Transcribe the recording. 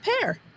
pair